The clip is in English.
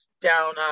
down